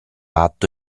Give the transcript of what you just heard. atto